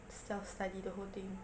self study the whole thing